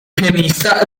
pianista